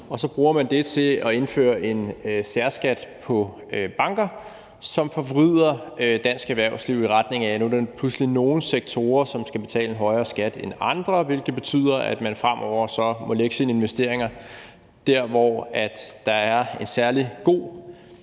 Og så bruger man det til at indføre en særskat på banker, som forvrider dansk erhvervsliv i retning af, at der nu pludselig er nogle sektorer, der skal betale en højere skat end andre, hvilket betyder, at man fremover må lægge sine investeringer der, hvor der er en særlig god